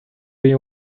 you